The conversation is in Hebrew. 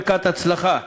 ברכת הצלחה.